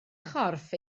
chorff